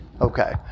Okay